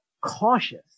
cautious